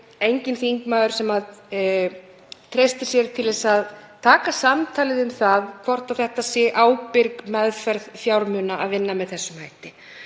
enginn þingmaður sem treystir sér til þess að taka samtalið um það hvort það sé ábyrg meðferð fjármuna að vinna með þessum hætti.